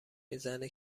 میزنه